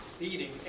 eating